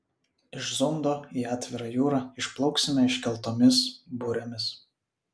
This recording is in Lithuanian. iš zundo į atvirą jūrą išplauksime iškeltomis burėmis